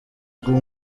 bwo